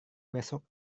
besok